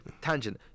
tangent